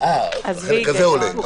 עזבי היגיון...